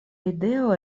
ideo